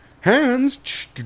Hands